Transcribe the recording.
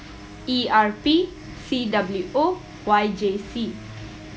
E R P C W O and Y J C